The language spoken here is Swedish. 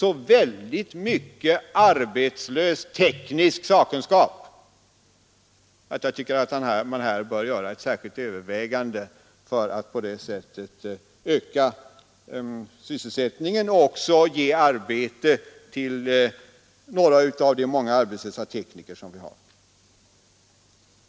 Men det finns så stor arbetslös teknisk sakkunskap, att man enligt min mening här bör göra ett särskilt övervägande för att på det sättet öka sysselsättningen och ge arbete till några av de arbetslösa tekniker som vi har.